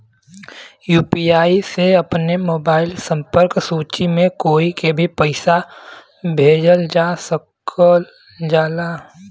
UPI से अपने mobile संपर्क सूची में कोई के भी पइसा भेजल जा सकल जाला